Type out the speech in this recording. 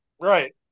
Right